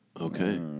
Okay